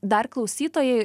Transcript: dar klausytojai